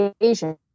Asian